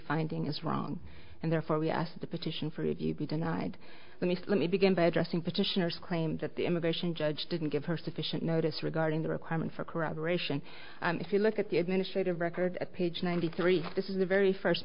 finding is wrong and therefore we asked the petition for it be denied let me let me begin by addressing petitioner's claims that the immigration judge didn't give her sufficient notice regarding the requirement for corroboration if you look at the administrative record at page ninety three this is the very first